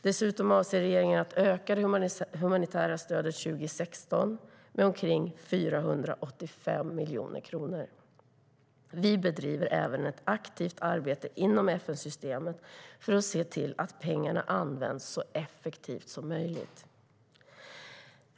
Dessutom avser regeringen att öka det humanitära stödet 2016 med omkring 485 miljoner kronor. Vi bedriver även ett aktivt arbete inom FN-systemet för att se till att pengarna används så effektivt som möjligt.